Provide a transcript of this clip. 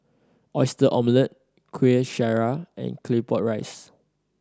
Oyster Omelette Kueh Syara and Claypot Rice